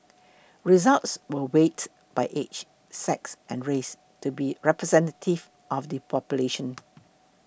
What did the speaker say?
results were weighted by age sex and race to be representative of the population